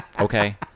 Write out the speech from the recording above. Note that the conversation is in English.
Okay